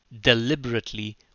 deliberately